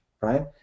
right